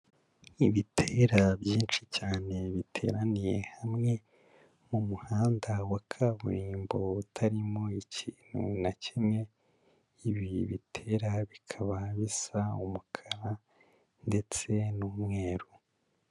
Ibitera byinshi cyane biteraniye hamwe, mu muhanda wa kaburimbo utarimo ikintu na kimwe, ibi bitera bikaba bisa umukara ndetse n'umweru.